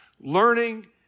learning